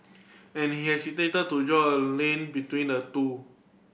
and he is hesitant to draw a link between the two